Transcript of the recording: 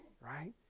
Right